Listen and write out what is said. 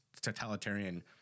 totalitarian